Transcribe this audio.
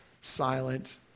silent